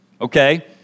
Okay